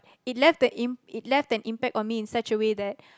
it left the im~ it left an impact on me in such a way that